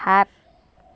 সাত